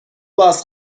باز